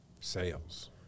sales